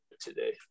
Today